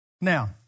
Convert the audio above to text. Now